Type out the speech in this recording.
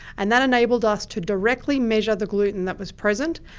and that enabled us to directly measure the gluten that was present,